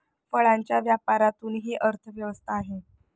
फळांच्या व्यापारातूनही अर्थव्यवस्था आहे